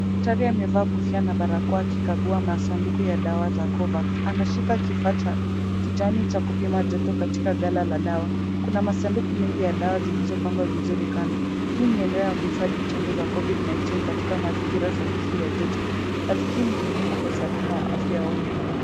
Daktari amevaa kofia na barakoa akikagua masanduku ya dawa za Covax. Anashika kifaa cha kijani cha kupima joto katika ghala la dawa. Kuna masanduku mengi ya dawa zilizopangwa vizuri kando. Hii ni eneo ya kuhifadhi chanjo za Covid-19 katika mazingira sahihi ya joto. Kazi hii ni muhimu kwa usalama wa afya ya umma.